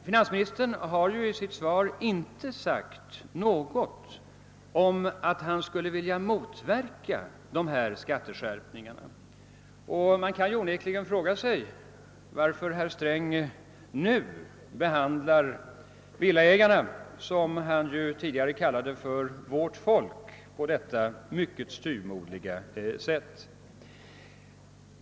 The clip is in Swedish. Finansministern har i sitt svar inte sagt någonting om att han skulle vilja motverka dessa skatteskärpningar. Man kan onekligen fråga sig varför herr Sträng behandlar villaägarna, som han ju tidigare kallat för »vårt folk», på detta mycket styvmoderliga sätt.